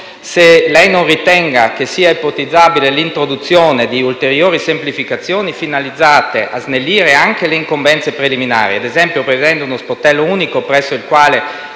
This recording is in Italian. se lei non ritenga ipotizzabile l'introduzione di ulteriori semplificazioni, finalizzate a snellire anche le incombenze preliminari, ad esempio prevedendo uno sportello unico presso il quale